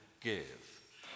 give